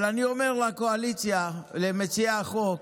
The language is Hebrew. אבל אני אומר לקואליציה, למציעי החוק,